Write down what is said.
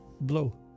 blow